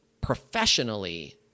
professionally